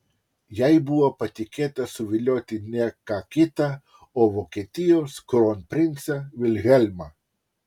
jai buvo patikėta suvilioti ne ką kitą o vokietijos kronprincą vilhelmą